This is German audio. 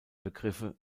begriffe